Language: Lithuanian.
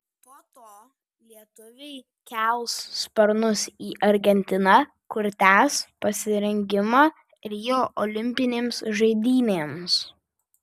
po to lietuviai kels sparnus į argentiną kur tęs pasirengimą rio olimpinėms žaidynėms